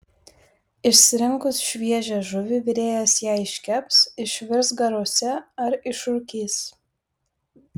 išsirinkus šviežią žuvį virėjas ją iškeps išvirs garuose ar išrūkys